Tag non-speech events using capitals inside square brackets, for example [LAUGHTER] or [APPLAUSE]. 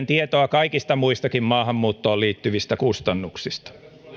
[UNINTELLIGIBLE] tietoa kaikista muistakin maahanmuuttoon liittyvistä kustannuksista